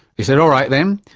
he said, all right then.